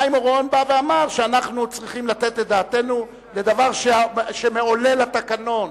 חיים אורון בא ואמר שאנחנו צריכים לתת את דעתנו לדבר שמעולל התקנון.